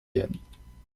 werden